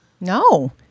No